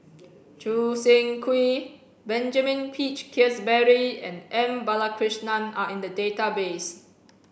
Choo Seng Quee Benjamin Peach Keasberry and M Balakrishnan are in the database